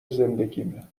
زندگیمه